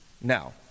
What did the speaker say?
Now